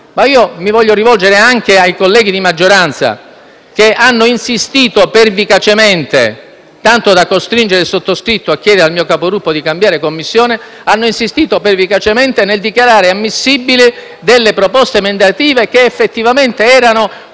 ma voglio rivolgermi anche ai colleghi di maggioranza, che hanno insistito pervicacemente, tanto da costringere il sottoscritto a chiedere al Capogruppo di cambiare Commissione, nel dichiarare ammissibili proposte emendative che effettivamente erano